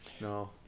no